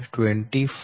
25 થશે